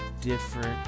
different